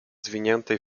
zwiniętej